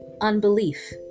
unbelief